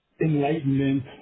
enlightenment